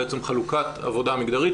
בעצם חלוקת עבודה מגדרית,